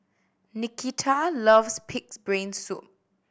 Nikita loves Pig's Brain Soup